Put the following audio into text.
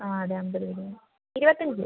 ആ അതെ അമ്പത് ബിരിയാണി ഇരുപത്തഞ്ച്